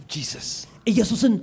Jesus